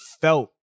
felt